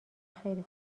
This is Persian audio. خیلی